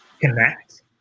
connect